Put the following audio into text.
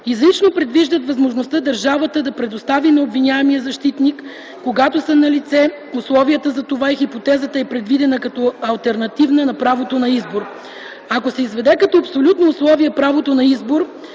изрично предвиждат възможността държавата да „предостави на обвиняемия” защитник, когато са налице условията за това и хипотезата е предвидена като алтернативна на правото на избор. Ако се изведе като абсолютно условие правото на избор,